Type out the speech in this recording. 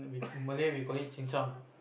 Malay we call it